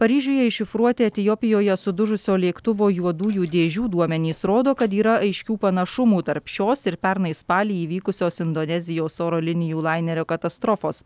paryžiuje iššifruoti etiopijoje sudužusio lėktuvo juodųjų dėžių duomenys rodo kad yra aiškių panašumų tarp šios ir pernai spalį įvykusios indonezijos oro linijų lainerio katastrofos